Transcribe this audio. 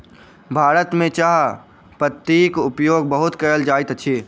भारत में चाह पत्तीक उपयोग बहुत कयल जाइत अछि